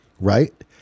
right